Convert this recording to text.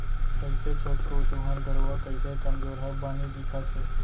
कइसे छोटकू तुँहर गरूवा कइसे कमजोरहा बानी दिखत हे